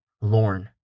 Lorne